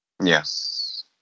Yes